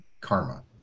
karma